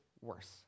worse